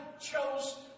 chose